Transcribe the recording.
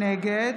נגד